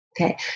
Okay